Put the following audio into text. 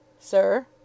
sir